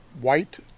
white